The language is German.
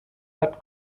hat